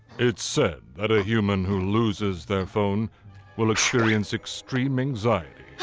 it's said that a human who loses their phone will experience extreme anxiety,